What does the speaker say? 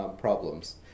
problems